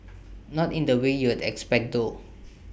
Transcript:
not in the way you'd expect though